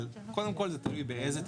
אבל קודם כל זה תלוי באיזה תשתיות,